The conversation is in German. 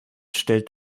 stellt